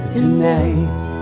tonight